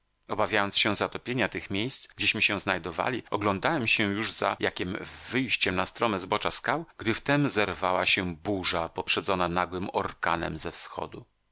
obawiając się zatopienia tych miejsc gdzieśmy się znajdowali oglądałem się już za jakiem wyjściem na strome zbocza skał gdy w tem zerwała się burza poprzedzona nagłym orkanem ze wschodu